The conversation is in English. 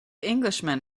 englishman